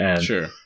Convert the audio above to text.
Sure